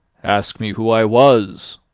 ask me who i was.